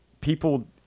People